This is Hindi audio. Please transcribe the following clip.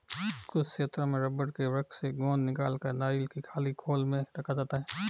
कुछ क्षेत्रों में रबड़ के वृक्ष से गोंद निकालकर नारियल की खाली खोल में रखा जाता है